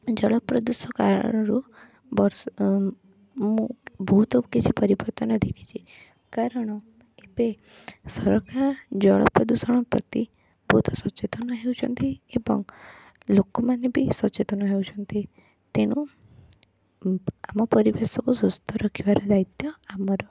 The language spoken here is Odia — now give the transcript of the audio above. ଜଳପ୍ରଦୂଷ କାରଣରୁ ବର୍ଷ ଉଁ ମୁଁ ବହୁତ କିଛି ପରିବର୍ତ୍ତନ ଦେଖିଛି କାରଣ ଏବେ ସରକାର ଜଳପ୍ରଦୂଷଣ ପ୍ରତି ବହୁତ ସଚେତନ ହେଉଛନ୍ତି ଏବଂ ଲୋକମାନେ ବି ସଚେତନ ହେଉଛନ୍ତି ତେଣୁ ଉଁ ଆମ ପରିବେଶକୁ ସୁସ୍ଥ ରଖିବାର ଦାୟିତ୍ବ ଆମର